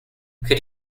could